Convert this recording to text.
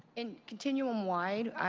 in continuum wide,